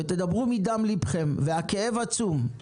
תדברו מדם לבכם, והכאב עצום.